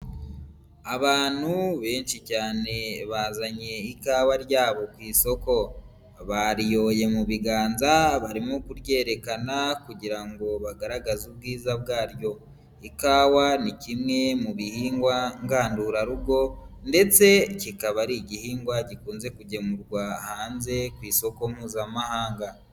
Abantu benshi cyane bazanye ikawa ryabo ku isoko, bariyoye mu biganza barimo kuryerekana kugira ngo bagaragaze ubwiza bwaryo, ikawa ni kimwe mu bihingwa ngandurarugo ndetse kikaba ari igihingwa gikunze kugemurwa hanze ku isoko mpuzamahanga.